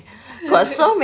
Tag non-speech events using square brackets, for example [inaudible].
[laughs]